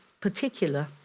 particular